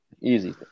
Easy